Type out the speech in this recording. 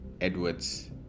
Edwards